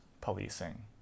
policing